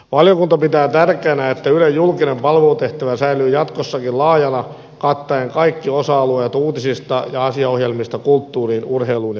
valiokunta pitää tärkeänä että ylen julkinen palvelutehtävä säilyy jatkossakin laajana kattaen kaikki osa alueet uutisista ja asiaohjelmista kulttuuriin urheiluun ja viihteeseen